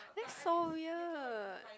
that's so weird